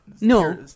no